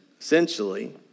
essentially